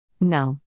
No